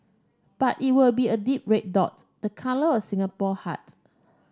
but it will be a deep red dots the colour of Singapore hearts